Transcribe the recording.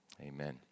amen